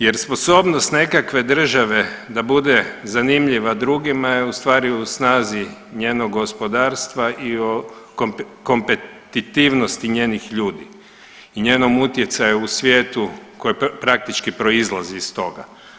Jer sposobnost nekakve države da bude zanimljiva drugima je u stvari u snazi njenog gospodarstva i o kompetitivnosti njenih ljudi i njenom utjecaju u svijetu koji praktički proizlazi iz toga.